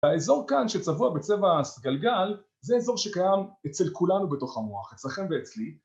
האזור כאן שצבוע בצבע סגלגל, זה אזור שקיים אצל כולנו בתוך המוח, אצלכם ואצלי